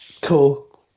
Cool